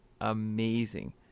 amazing